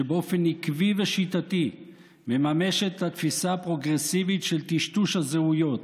שבאופן עקבי ושיטתי מממשת את התפיסה הפרוגרסיבית של טשטוש הזהויות: